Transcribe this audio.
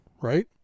right